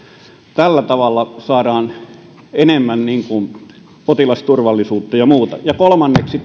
tällä tavalla saadaan enemmän potilasturvallisuutta ja muuta ja kolmanneksi